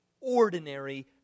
ordinary